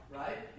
right